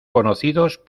conocidos